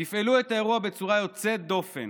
תפעלו את האירוע בצורה יוצאת דופן,